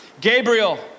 Gabriel